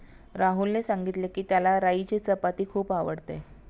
राहुलने सांगितले की, त्याला राईची चपाती खूप आवडते